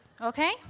Okay